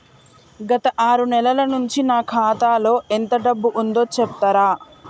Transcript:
గత ఆరు నెలల నుంచి నా ఖాతా లో ఎంత డబ్బు ఉందో చెప్తరా?